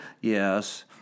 yes